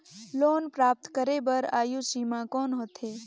Loan प्राप्त करे बर आयु सीमा कौन होथे?